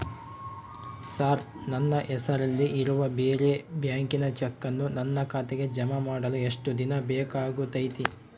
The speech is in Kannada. ಸರ್ ನನ್ನ ಹೆಸರಲ್ಲಿ ಇರುವ ಬೇರೆ ಬ್ಯಾಂಕಿನ ಚೆಕ್ಕನ್ನು ನನ್ನ ಖಾತೆಗೆ ಜಮಾ ಮಾಡಲು ಎಷ್ಟು ದಿನ ಬೇಕಾಗುತೈತಿ?